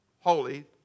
Holy